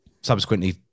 subsequently